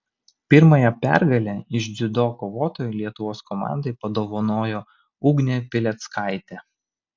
pirmąją pergalę iš dziudo kovotojų lietuvos komandai padovanojo ugnė pileckaitė